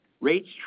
Rates